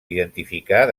identificar